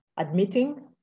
admitting